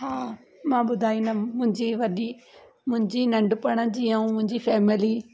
हा मां ॿुधाईंदमि मुंहिंजी वॾी मुंहिंजी नंढपिण जी ऐं मुंहिंजी फैमिली